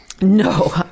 No